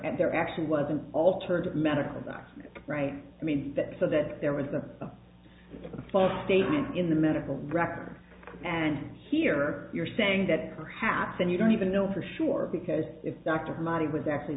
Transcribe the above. and there actually was an alternative medical right i mean so that there was a false statement in the medical record and here you're saying that perhaps and you don't even know for sure because if dr money was actually